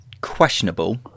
questionable